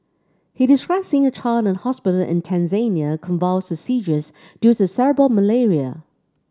he described seeing a child in a hospital in Tanzania convulsed seizures due to cerebral malaria